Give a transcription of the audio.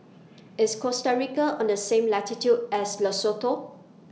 IS Costa Rica on The same latitude as Lesotho